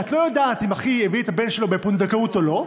כשאת לא יודעת אם אחי הביא את הבן שלו בפונדקאות או לא,